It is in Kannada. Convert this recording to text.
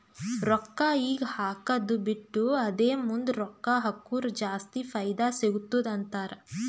ರೊಕ್ಕಾ ಈಗ ಹಾಕ್ಕದು ಬಿಟ್ಟು ಅದೇ ಮುಂದ್ ರೊಕ್ಕಾ ಹಕುರ್ ಜಾಸ್ತಿ ಫೈದಾ ಸಿಗತ್ತುದ ಅಂತಾರ್